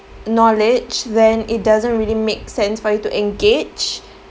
knowledge then it doesn't really make sense for you to engage